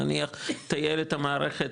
נניח תעיר את המערכת,